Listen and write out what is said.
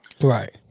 Right